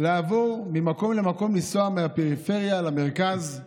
לעבור ממקום למקום, לנסוע מהפריפריה למרכז.